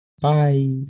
bye